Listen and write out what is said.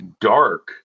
dark